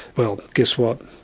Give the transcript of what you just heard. well, guess what?